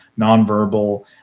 nonverbal